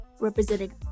representing